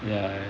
ya